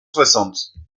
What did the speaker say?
soixante